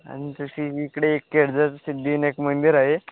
आणि तशी इकडे एक केळझर सिद्धीविनायक मंदिर आहे